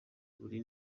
buri